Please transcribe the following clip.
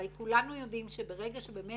הרי כולנו יודעים שברגע שבאמת